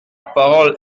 parole